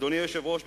אדוני היושב-ראש,